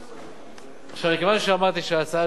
מכיוון שאמרתי שההצעה שלך היא הצעה טובה אבל היא חסרה,